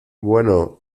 bueno